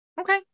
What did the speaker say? okay